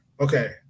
okay